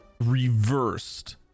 reversed